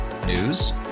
News